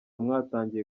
mwatangiye